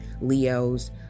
Leos